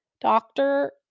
doctor